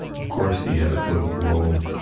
of course he had a political role,